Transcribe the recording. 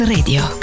Radio